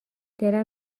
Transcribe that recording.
دلم